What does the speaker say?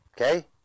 Okay